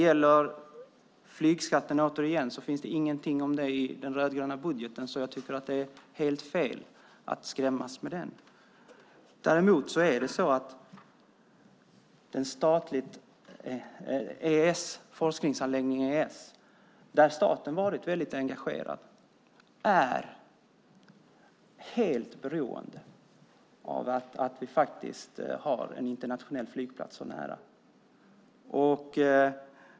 Återigen: Det finns inget om någon flygskatt i den rödgröna budgeten, så jag tycker att det är helt fel att skrämmas med detta. Forskningsanläggningen ESS, där staten har varit väldigt engagerad, är däremot helt beroende av att vi har en internationell flygplats nära.